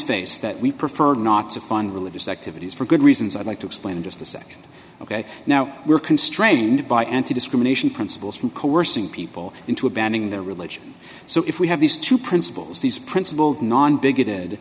face that we prefer not to fund religious activities for good reasons i'd like to explain in just a nd ok now we're constrained by anti discrimination principles from coercing people into a banding their religion so if we have these two principles these principled non